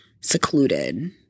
secluded